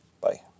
Bye